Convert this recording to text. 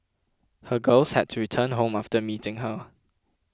her girls had to return home after meeting her